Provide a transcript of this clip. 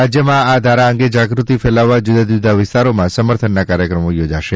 રાજ્યમાં આ ધારા અંગે જાગૃતિ ફેલાવવા જુદા જુદા વિસ્તારોમાં સમર્થનના કાર્યક્રમો યોજાશે